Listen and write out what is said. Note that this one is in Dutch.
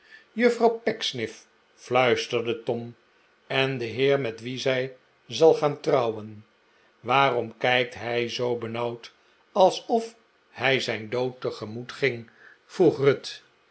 juffrouw pecksniff fluisterde tom en de heer met wien zij zal gaan trouwen waarom kijkt hij zoo benauwd alsof hij zijn dood tegemoet ging vroeg ruth